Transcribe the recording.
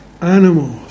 animals